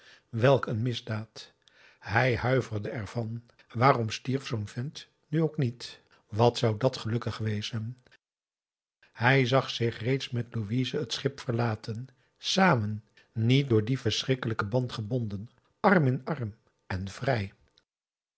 een misdaad hij huiverde ervan waarom stierf zoo'n vent nu ook niet wat zou dàt gelukkig wezen hij zag zich reeds met louise het schip verlaten samen niet door dien verschrikkelijken band gebonden arm in arm en vrij